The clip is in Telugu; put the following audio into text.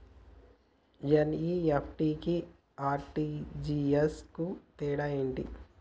ఎన్.ఇ.ఎఫ్.టి కి ఆర్.టి.జి.ఎస్ కు తేడా ఏంటిది?